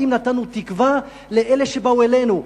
האם נתנו תקווה לאלה שבאו אלינו,